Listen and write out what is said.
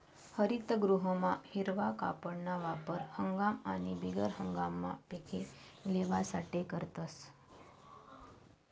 हरितगृहमा हिरवा कापडना वापर हंगाम आणि बिगर हंगाममा पिके लेवासाठे करतस